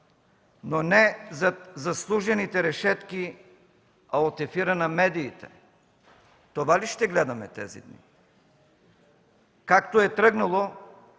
но не зад заслужените решетки, а от ефира на медиите. Това ли ще гледаме тези дни? Както е тръгнало,